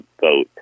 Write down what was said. vote